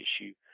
issue